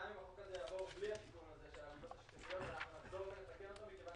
גם אם החוק הזה יעבור בלי התיקון הזה -- -אנחנו נחזור ותקן אותו מכיוון